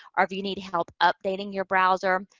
or if you need help updating your browser,